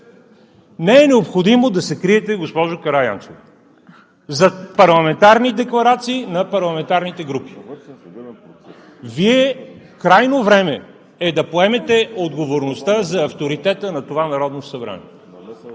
Не е необходимо да се криете, госпожо Караянчева, зад парламентарните декларации на парламентарните групи! Крайно време е Вие да поемете отговорността за авторитета на това Народно събрание.